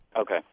okay